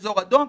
אזור אדום,